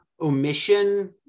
omission